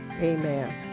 amen